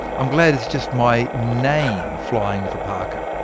i'm glad it's just my name flying with the parker.